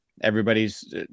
Everybody's